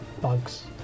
bugs